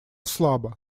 слабо